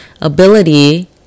ability